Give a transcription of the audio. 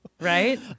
Right